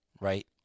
Right